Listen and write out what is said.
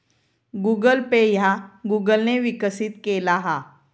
Google Pay ह्या Google ने विकसित केला हा